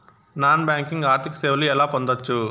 Non banking ఆర్థిక సేవలు ఎలా పొందొచ్చు?